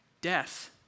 Death